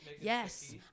Yes